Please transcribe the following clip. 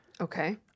Okay